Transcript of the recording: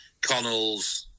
Connells